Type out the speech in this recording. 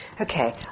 Okay